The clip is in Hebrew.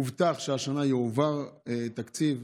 הובטח שהשנה יועבר תקציב,